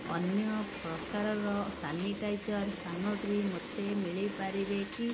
ଅନ୍ୟପ୍ରକାରର sanitizer ସାମଗ୍ରୀ ମୋତେ ମିଳିପାରିବେ କି